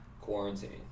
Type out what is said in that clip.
quarantine